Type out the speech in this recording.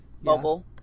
mobile